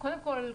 קודם כל,